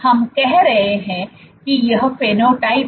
हम कह रहे हैं कि यह फेनोटाइप है